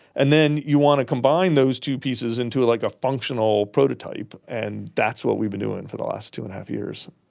and then you want to combine those two pieces into like a functional prototype, and that's what we been doing for the last two and a half years.